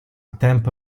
tempo